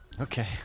Okay